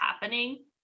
happening